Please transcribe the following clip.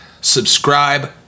subscribe